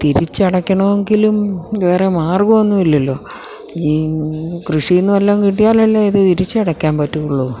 തിരിച്ചടയ്ക്കണമെങ്കിലും വേറെ മാർഗമൊന്നുമില്ലല്ലോ ഈ കൃഷിയില് നിന്ന് വല്ലതും കിട്ടിയാലല്ലെ ഇത് തിരിച്ചടയ്ക്കാന് പറ്റുകയുള്ളൂ